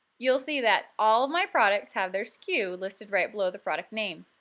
you'll see that all of my products have their sku listed right below the product name.